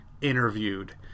interviewed